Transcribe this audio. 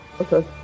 Okay